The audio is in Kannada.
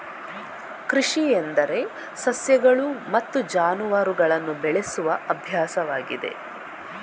ಕೃಷಿ ಎಂದರೆ ಸಸ್ಯಗಳು ಮತ್ತು ಜಾನುವಾರುಗಳನ್ನು ಬೆಳೆಸುವ ಅಭ್ಯಾಸವಾಗಿದೆ